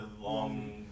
long